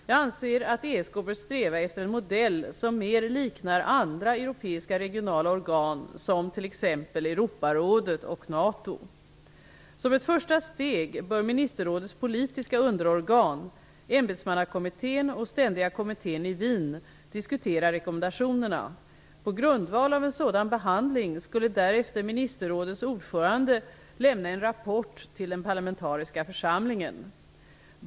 Jag anser att ESK bör sträva efter en modell som mer liknar andra europeiska regionala organ som t.ex. Europarådet och NATO. Som ett första steg bör ministerrådets politiska underorgan -- ämbetsmannakommittén och ständiga kommittén i Wien -- diskutera rekommendationerna. På grundval av en sådan behandling skulle därefter ministerrådets ordförande lämna en rapport till den parlamentariska församlingen.